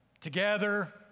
together